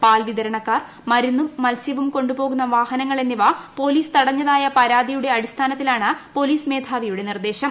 പാൽ വിതരണക്കാർ മരുന്നും മത്സ്യവും കൊണ്ടുപോകുന്ന വാഹനങ്ങൾ എന്നിവ പൊലീസ് തടഞ്ഞതായ പരാതിയുടെ അടിസ്ഥാനത്തിലാണ് പൊലീസ് മേധാവിയുടെ നിർദേശം